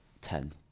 ten